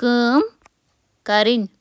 کرنس قٲبل بناوان۔